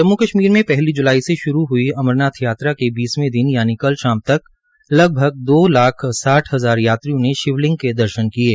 जम्मू कश्मीर मे पहली जुलाई से शुरू ह्ई अमरनाथ यात्रा के बीसवें दिन यानि कल शाम तक लगभग दो लाख साठ हजार यात्रियों ने शिवलिंग के दर्शन किये